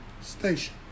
station